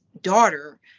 daughter